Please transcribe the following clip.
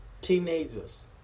teenagers